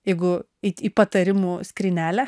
jeigu eit į patarimų skrynelę